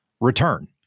return